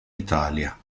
italia